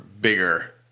bigger